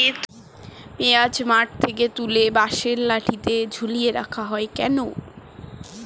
পিঁয়াজ মাঠ থেকে তুলে বাঁশের লাঠি ঝুলিয়ে রাখা হয় কেন?